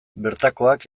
bertakoak